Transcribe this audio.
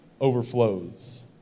overflows